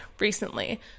recently